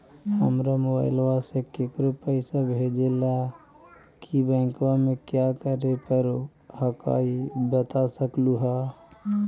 हमरा मोबाइलवा से केकरो पैसा भेजे ला की बैंकवा में क्या करे परो हकाई बता सकलुहा?